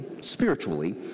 spiritually